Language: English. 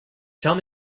tell